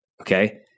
Okay